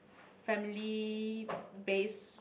family base